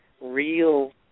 real